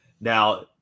Now